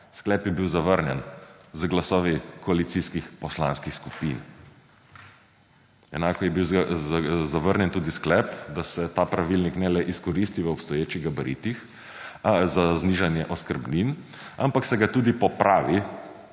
sklep je bil zavrnjen z glasovi koalicijskih poslanskih skupin. Enako je bil zavrnjen tudi sklep, da se ta pravilnik ne le izkoristi v obstoječih gabaritih za znižanje oskrbnin, ampak se ga tudi popravi